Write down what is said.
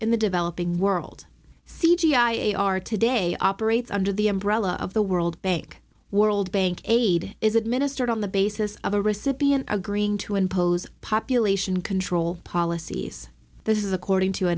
in the developing world c g i a r today operates under the umbrella of the world bank world bank aid is administered on the basis of a recipient agreeing to impose population control policies this is according to a